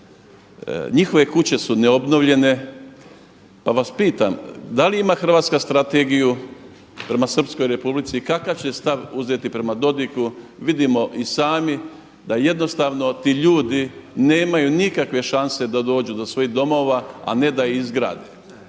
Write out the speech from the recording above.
Njihove kuće su neobnovljene, pa vas pitam da li ima Hrvatska strategiju prema Srpskoj Republici i kakav će stav uzeti prema Dodigu. Vidimo i sami da jednostavno ti ljudi nemaju nikakve šanse da dođu do svojih domova, a ne da ih izgrade.